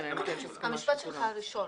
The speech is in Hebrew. המשפט שלך הראשון,